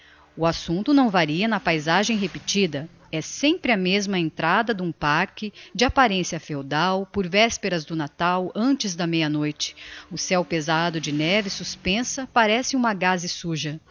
o assumpto não varia na paysagem repetida é sempre a mesma entrada d'um parque de apparencia feudal por vesperas do natal antes da meia-noite o ceu pesado de neve suspensa parece uma gaze suja